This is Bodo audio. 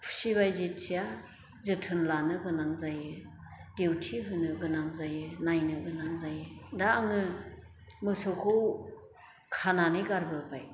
खुसि बायदि थिया जोथोन लानो गोनां जायो दिउथि होनो गोनां जायो नायनो गोनां जायो दा आङो मोसौखौ खानानै गारबोबाय